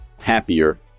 happier